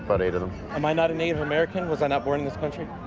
but eight of them. am i not native american? was i not born in this country?